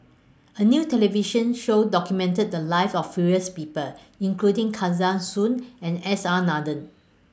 A New television Show documented The Lives of various People including Kesavan Soon and S R Nathan